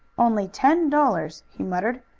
only ten dollars! he muttered.